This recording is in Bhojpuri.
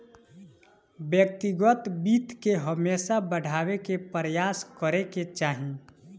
व्यक्तिगत वित्त के हमेशा बढ़ावे के प्रयास करे के चाही